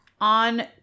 on